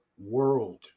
world